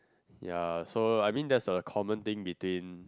ya so I mean that's a common thing between